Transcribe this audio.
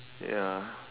ya